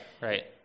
right